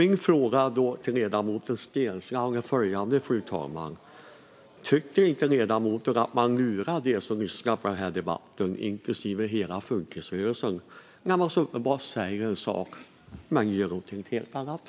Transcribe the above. Min fråga till ledamoten Steensland blir följande: Tycker inte ledamoten att man lurar dem som lyssnar på debatten, inklusive hela funkisrörelsen? Det är uppenbart att man säger en sak men gör någonting helt annat.